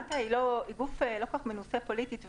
רת"א היא גוף לא כל כך מנוסה פוליטית,